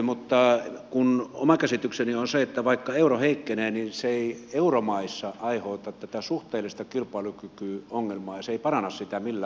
mutta oma käsitykseni on se että vaikka euro heikkenee niin se ei euromaissa aiheuta tätä suhteellista kilpailukykyongelmaa ja se ei paranna sitä millään tavalla